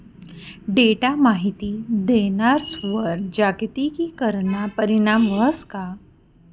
Data माहिती देणारस्वर जागतिकीकरणना परीणाम व्हस का?